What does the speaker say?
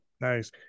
Nice